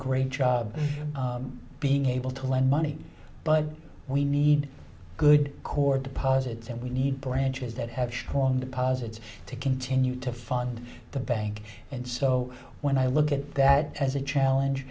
great job being able to lend money but we need good core deposits and we need branches that have strong deposits to continue to fund the bank and so when i look at that as a challenge